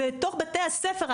בתי הספר,